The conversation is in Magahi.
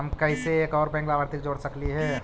हम कैसे एक और बैंक लाभार्थी के जोड़ सकली हे?